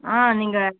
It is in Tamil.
ஆ நீங்கள்